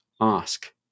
ask